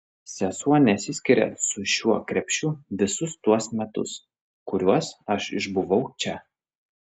sesuo nesiskiria su šiuo krepšiu visus tuos metus kuriuos aš išbuvau čia